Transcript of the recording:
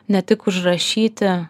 ne tik užrašyti